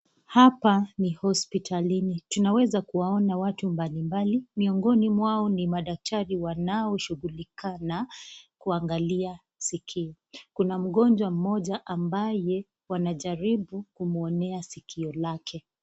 Hapa ni hospitalini, tunaweza kuwaona watu mbalimbali, miongoni mwao ni madaktari wanao shughulika na kuwaangalia sikio. Kuna mgonjwa ambaye wanajaribu kumuonea sikio lake.